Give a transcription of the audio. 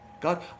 God